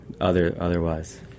otherwise